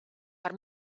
per